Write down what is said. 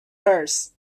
hers